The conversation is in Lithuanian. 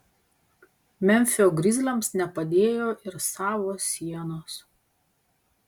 memfio grizliams nepadėjo ir savos sienos